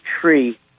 tree